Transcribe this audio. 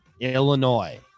Illinois